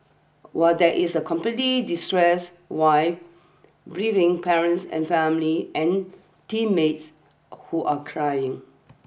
while there is a completely distress wife grieving parents and family and teammates who are crying